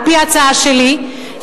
על-פי ההצעה שלי,